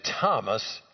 Thomas